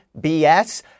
BS